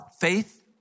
faith